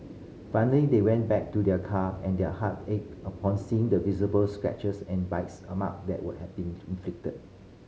finally they went back to their car and their heart ached upon seeing the visible scratches and bites a mark that were had been inflicted